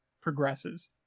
progresses